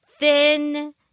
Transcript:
Thin